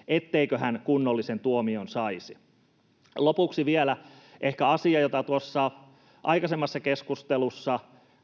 Suomessa, hän kunnollisen tuomion saisi. Lopuksi vielä ehkä asia, jota tuossa aikaisemmassa keskustelussa